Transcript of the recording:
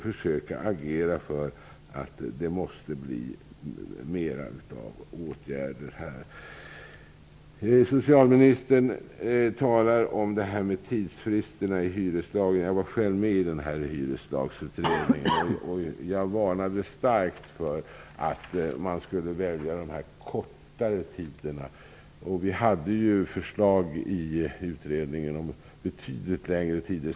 Det måste till fler åtgärder. Jag var själv med i Hyreslagsutredningen. Jag varnade starkt för att välja de kortare tiderna. Vi hade förslag i utredningen om betydligt längre tider.